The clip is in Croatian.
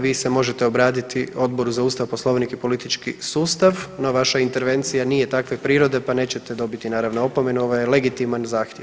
Vi se možete obratiti Odboru za Ustav, Poslovnik i politički sustav, no vaša intervencija nije takve prirode pa nećete dobiti, naravno, opomenu, ovo je legitiman zahtjev.